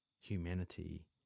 humanity